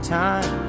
time